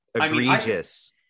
Egregious